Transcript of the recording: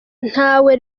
ntawe